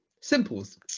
simples